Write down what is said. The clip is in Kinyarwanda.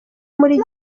muri